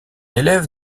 élève